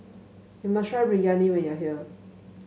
you must try Biryani when you are here